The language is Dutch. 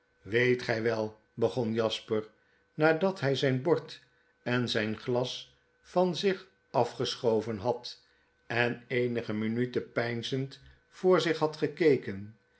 weet gy wel begon jasper nadat hy zijn bord en zyn glas van zich afgeschoven had en eenige minuten peinzend voor zich had gekeken